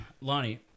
Lonnie